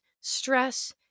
stress